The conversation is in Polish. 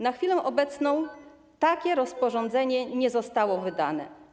Na chwilę obecną takie rozporządzenie nie zostało wydane.